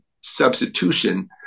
substitution